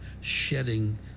shedding